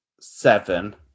seven